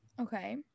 okay